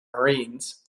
marines